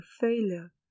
failure